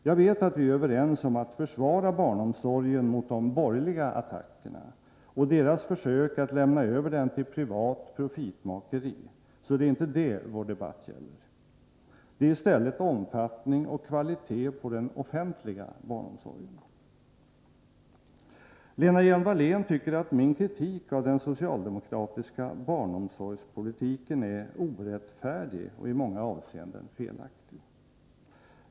Jag vet att vi är överens om att försvara barnomsorgen mot de borgerligas attacker och deras försök att lämna över den till privat profitmakeri, så det är inte det vår debatt gäller — det är i stället omfattningen och kvaliteten på den offentliga barnomsorgen. Lena Hjelm-Wallén tycker att min kritik av den socialdemokratiska barnomsorgspolitiken är ”orättfärdig och i många avseenden felaktig”.